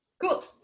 cool